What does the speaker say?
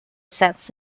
sets